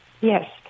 Yes